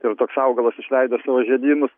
ir toks augalas išleidęs savo žiedynu